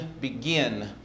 begin